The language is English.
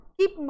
keep